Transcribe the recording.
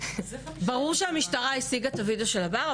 ברור שהמשטרה השיגה את הווידאו של הבר,